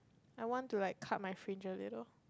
I want to like cut my fringe leh lor